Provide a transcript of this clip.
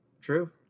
True